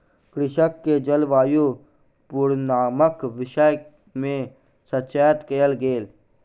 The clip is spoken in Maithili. कृषक के जलवायु पूर्वानुमानक विषय में सचेत कयल गेल